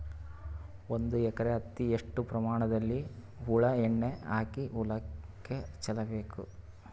ಒಂದು ಎಕರೆ ಹತ್ತಿ ಎಷ್ಟು ಪ್ರಮಾಣದಲ್ಲಿ ಹುಳ ಎಣ್ಣೆ ಹಾಕಿ ಹೊಲಕ್ಕೆ ಚಲಬೇಕು?